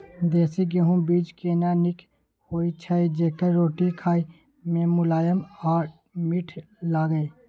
देसी गेहूँ बीज केना नीक होय छै जेकर रोटी खाय मे मुलायम आ मीठ लागय?